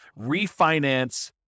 refinance